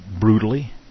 brutally